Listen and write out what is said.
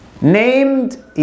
named